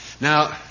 Now